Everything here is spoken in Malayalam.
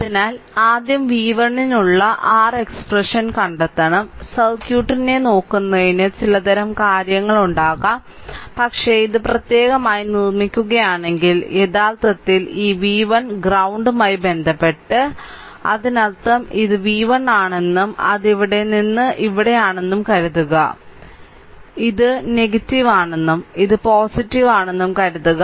അതിനാൽ ആദ്യം വി 1 നുള്ള r എക്സ്പ്രഷൻ കണ്ടെത്തണം സർക്യൂട്ടിനെ നോക്കുന്നതിന് ചിലതരം കാര്യങ്ങളുണ്ടാകാം പക്ഷേ ഇത് പ്രത്യേകമായി നിർമ്മിക്കുകയാണെങ്കിൽ യഥാർത്ഥത്തിൽ ഈ v 1 ഗ്രൌണ്ടുമായി ബന്ധപ്പെട്ട് അതിനർത്ഥം ഇത് v 1 ആണെന്നും അത് ഇവിടെ നിന്ന് ഇവിടെയാണെന്നും കരുതുക ഇവിടെ നിന്ന് ഇത് നെഗറ്റീവ് ആണെന്നും ഇത് പോസിറ്റീവ് ആണെന്നും കരുതുക